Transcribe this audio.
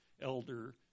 elder